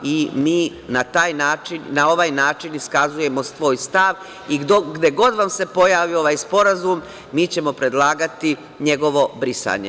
Mi na ovaj način iskazujemo svoj stav i gde god vam se pojavi ovaj Sporazum, mi ćemo predlagati njegovo brisanje.